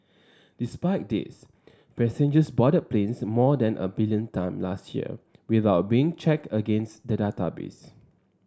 despite this passengers boarded planes more than a billion time last year without being checked against the database